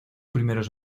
primeros